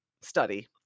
study